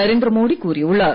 நரேந்திர மோடி கூறியுள்ளார்